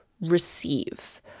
receive